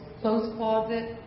closet